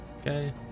Okay